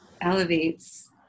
elevates